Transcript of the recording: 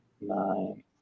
nine